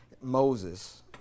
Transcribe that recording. Moses